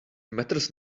matters